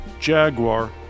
Jaguar